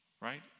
right